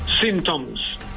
symptoms